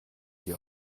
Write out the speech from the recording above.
sie